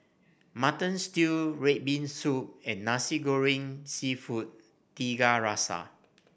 Mutton Stew red bean soup and Nasi Goreng seafood Tiga Rasa